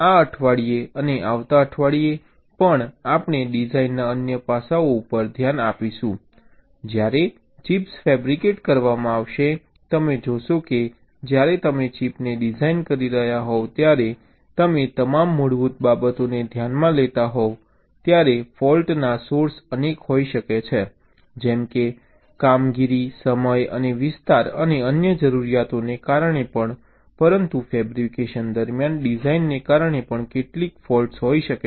તેથી આ અઠવાડિયે અને આવતા અઠવાડિયે પણ આપણે ડિઝાઇનના અન્ય પાસાઓ ઉપર ધ્યાન આપીશું જ્યારે ચિપ્સ ફેબ્રિકેટ કરવામાં આવશે તમે જોશો કે જ્યારે તમે ચિપને ડિઝાઇન કરી રહ્યા હોવ ત્યારે તમે તમામ મૂળભૂત બાબતોને ધ્યાનમાં લેતા હોવ ત્યારે ફૉલ્ટના સોર્સ અનેક હોઈ શકે છે જેમ કે કામગીરી સમય અને વિસ્તાર અને અન્ય જરૂરિયાતો ને કારણે પણ પરંતુ ફેબ્રિકેશન દરમિયાન ડિઝાઇનને કારણે પણ કેટલીક ફૉલ્ટ્સ હોઈ શકે છે